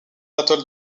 atoll